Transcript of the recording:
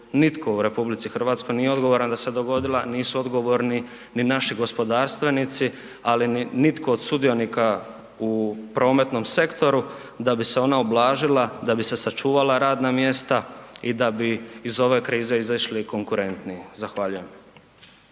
nitko u RH nije odgovoran da se dogodila, nisu odgovorni ni naši gospodarstvenici ali nitko od sudionika u prometnom sektoru da bi se ona ublažila, da bi se sačuvala radna mjesta i da bi iz ove krize izašli konkurentniji. Zahvaljujem.